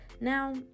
Now